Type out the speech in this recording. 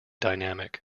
dynamic